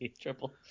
triple